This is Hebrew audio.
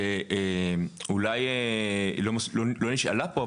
שאולי לא נשאלה פה,